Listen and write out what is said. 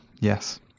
Yes